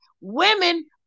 women